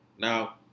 Now